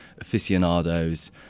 aficionados